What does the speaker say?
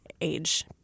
age